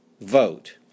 vote